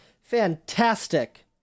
Fantastic